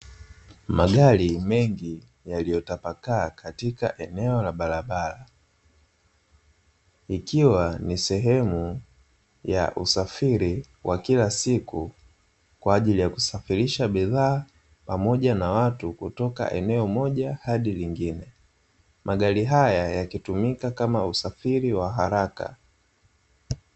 Magari mengi yaliyotapakaa katika eneo la barabara, ikiwa ni sehemu ya usafiri wa kila siku kwa ajili ya kusafirisha bidhaa pamoja na watu kutoka eneo moja hadi lingine, magari haya yakitumika kama usafiri wa haraka.